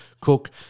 cook